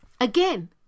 again